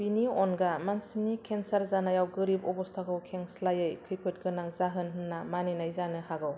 बिनि अनगा मानसिनि केन्सार जानायाव गोरिब अबस्थाखौ खेंस्लायै खैफोदगोनां जाहोन होनना मानिनाय जानो हागौ